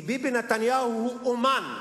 כי ביבי נתניהו הוא אמן,